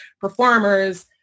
performers